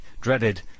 dreaded